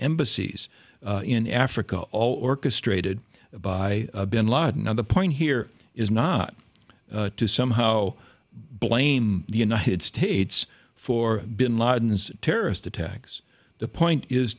embassies in africa all orchestrated by bin laden and the point here is not to somehow blame the united states for bin laden's terrorist attacks the point is